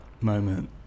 moment